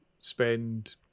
spend